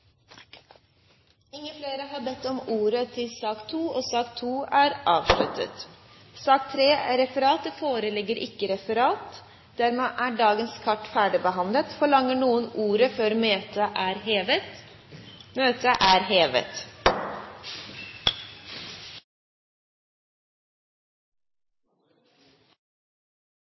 sak nr. 2 avsluttet. Det foreligger ikke noe referat. Dermed er dagens kart ferdigbehandlet. Forlanger noen ordet før møtet heves? – Møtet er hevet.